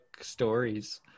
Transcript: stories